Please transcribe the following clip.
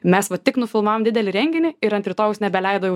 mes va tik nufilmavom didelį renginį ir ant rytojaus nebeleido jau